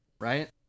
right